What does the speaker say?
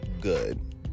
good